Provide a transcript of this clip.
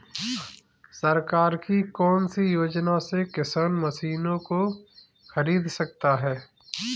सरकार की कौन सी योजना से किसान मशीनों को खरीद सकता है?